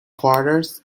quarters